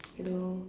I don't know